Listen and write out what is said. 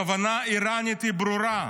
הכוונה האיראנית ברורה,